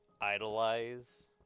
idolize